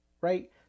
right